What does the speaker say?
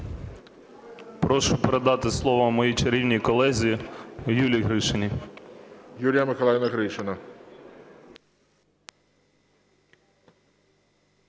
Прошу передати слово моїй чарівній колезі Юлії Гришиній. ГОЛОВУЮЧИЙ. Юлія Миколаївна Гришина.